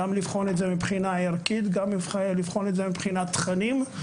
גם לבחון את זה מבחינה ערכית גם לבחון את זה מבחינת תכנים.